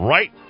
Right